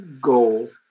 goal